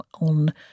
on